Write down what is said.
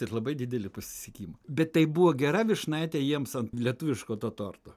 ir labai didelį pasisekimą bet tai buvo gera vyšnaitė jiems ant lietuviško to torto